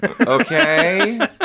okay